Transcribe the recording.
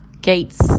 gates